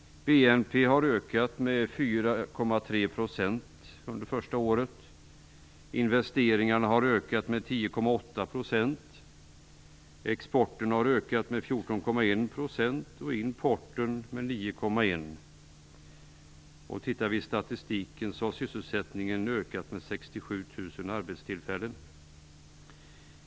BNP har ökat med 4,3 % under första året. Investeringarna har ökat med 10,8 %. Exporten har ökat med 14,1 % och importen med 9,1. Tittar vi i statistiken ser vi att sysselsättningen har ökat med 67 000 arbetstillfällen.